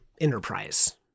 enterprise